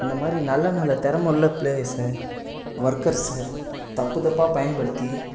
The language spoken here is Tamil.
இந்தமாதிரி நல்ல நல்ல திறம உள்ள ப்ளேயர்ஸு ஒர்க்கர்ஸு தப்பு தப்பாக பயன்படுத்தி